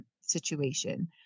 situation